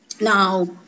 Now